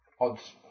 Odds